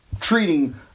treating